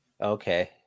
Okay